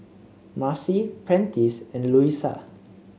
Marcy Prentice and Luisa